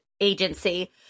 agency